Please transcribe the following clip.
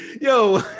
Yo